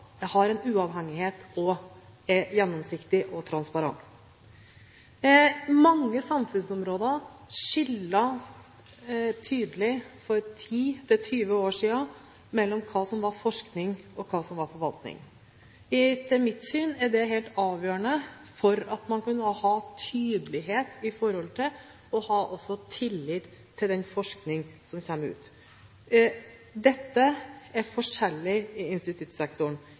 på, har en uavhengighet, er gjennomsiktig, transparent. Mange samfunnsområder skilte for 10–20 år siden tydelig mellom hva som var forskning, og hva som var forvaltning. Etter mitt syn er det helt avgjørende med tydelighet for å ha tillit til den forskning som kommer ut. Dette er forskjellig i